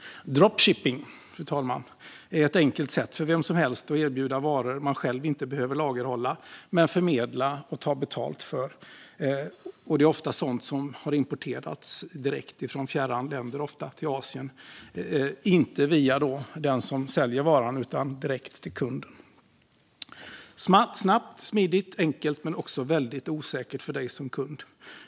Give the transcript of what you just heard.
Dropshipping är ett enkelt sätt för vem som helst att erbjuda varor man själv inte behöver lagerhålla. Man förmedlar och tar betalt för sådant som importeras direkt från fjärran länder, ofta Asien, inte via den som säljer varan utan direkt till kund. Det är snabbt, smidigt och enkelt men också väldigt osäkert för dig som kund.